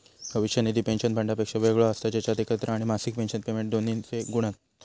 भविष्य निधी पेंशन फंडापेक्षा वेगळो असता जेच्यात एकत्र आणि मासिक पेंशन पेमेंट दोन्हिंचे गुण हत